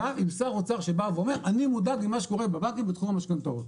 עם שר אוצר שאומר אני מודאג ממה שקורה בבנקים בתחום המשכנתאות.